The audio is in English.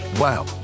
wow